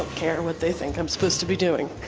care what they think i'm supposed to be doing.